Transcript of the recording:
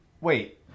Wait